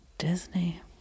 Disney